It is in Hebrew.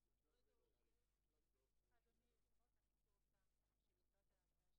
הוא היה בהצעת החוק המקורית והוא ירד.